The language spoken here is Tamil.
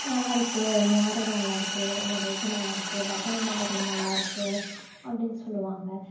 நல்லாயிருக்கு நீ ஆடுறது நல்லாயிருக்கு உன்னோடய இது நல்லாயிருக்கு பரதம் ஆடுறது நல்லாயிருக்கு அப்படின்னு சொல்லுவாங்க